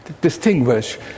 distinguish